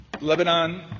Lebanon